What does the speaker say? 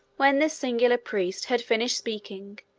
when this singular priest had finished speaking,